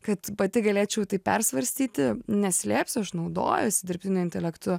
kad pati galėčiau tai persvarstyti neslėpsiu aš naudojuosi dirbtiniu intelektu